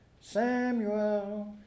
Samuel